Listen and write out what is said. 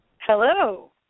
Hello